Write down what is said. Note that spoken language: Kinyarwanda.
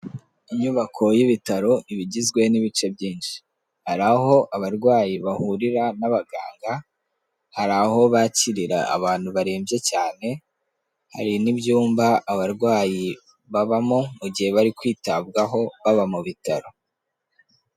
Inyubako y'ibitaro iba igizwe n'ibice byinshi, hari aho abarwayi bahurira n'abaganga, hari aho bakirira abantu barembye cyane, hari n'ibyumba abarwayi babamo mu gihe bari kwitabwaho baba mu bitaro.